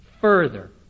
further